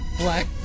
black